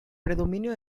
predominio